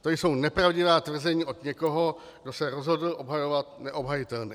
To jsou nepravdivá tvrzení od někoho, kdo se rozhodl obhajovat neobhajitelné.